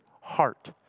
heart